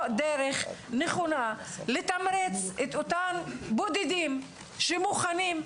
דרך נכונה לתמרץ את אותם בודדים שמוכנים,